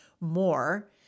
more